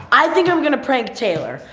i think i'm gonna prank taylor.